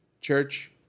church